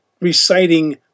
reciting